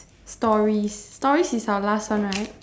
stories stories is our last one right